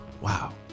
Wow